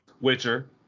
Witcher